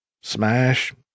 smash